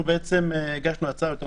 אנחנו בעצם הגשנו הצעה נכון יותר